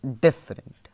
different